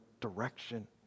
direction